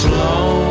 Slow